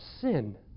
sin